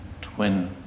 twin